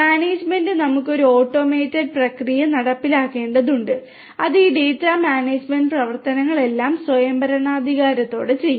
management നമുക്ക് ഒരു automated പ്രക്രിയ നടപ്പിലാക്കേണ്ടതുണ്ട് അത് ഈ ഡാറ്റ മാനേജ്മെന്റ് പ്രവർത്തനങ്ങളെല്ലാം സ്വയംഭരണാധികാരത്തോടെ ചെയ്യും